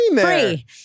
free